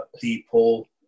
people